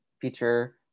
feature